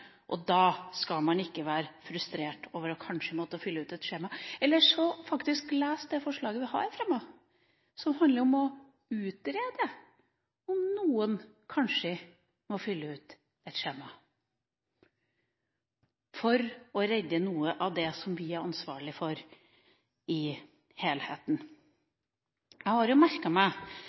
Da skal man ikke være frustrert over kanskje å måtte fylle ut et skjema. Ellers: Les det forslaget vi har fremmet, som handler om å utrede om noen kanskje må fylle ut et skjema for å redde noe av det som vi er ansvarlige for i helheten. Jeg har merket meg